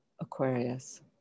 Aquarius